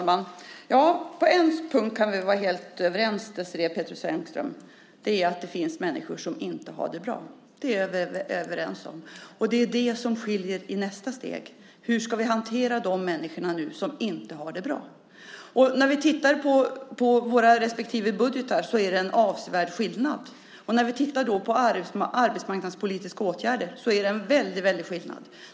Fru talman! På en punkt kan vi vara helt överens, Désirée Pethrus Engström, och det är att det finns människor som inte har det bra. Det är vi överens om. Och det är det som skiljer oss åt i nästa steg, när det gäller hur vi ska hantera de människor som inte har det bra. När vi tittar på våra respektive budgetar är det en avsevärd skillnad. När vi tittar på de arbetsmarknadspolitiska åtgärderna är det en väldigt stor skillnad.